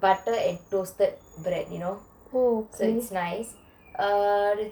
butter and toasted bread you know so it's nice uh